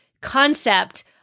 concept